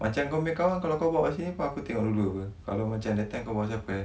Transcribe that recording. macam kau nya kawan kalau kau bawa sini pun aku tengok dulu apa kalau macam that time kau bawa siapa eh